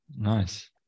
Nice